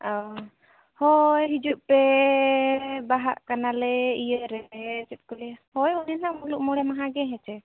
ᱚᱻ ᱦᱚᱭ ᱦᱤᱡᱩᱜ ᱯᱮ ᱵᱟᱦᱟᱜ ᱠᱟᱱᱟᱞᱮ ᱤᱭᱟᱹᱨᱮ ᱪᱮᱫ ᱠᱚ ᱞᱟᱹᱭᱟ ᱦᱚᱭ ᱚᱱᱟ ᱢᱩᱞᱩᱜ ᱢᱚᱲᱮ ᱢᱟᱦᱟᱜᱮ ᱦᱮᱸ ᱪᱮ